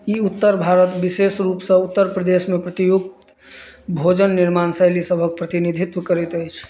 ई उत्तर भारत विशेष रूपसँ उत्तर प्रदेशमे प्रतियुक्त भोजन निर्माण शैली सभक प्रतिनिधित्व करैत अछि